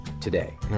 today